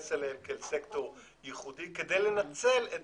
להתייחס אליהם כאל סקטור ייחודי כדי לנצל את